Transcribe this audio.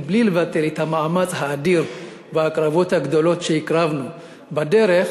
בלי לבטל את המאמץ האדיר וההקרבות הגדולות שהקרבנו בדרך,